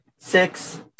Six